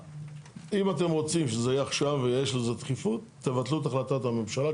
אם אתם רוצים שזה יהיה עכשיו ויש לזה דחיפות תבטלו את החלטת הממשלה,